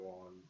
on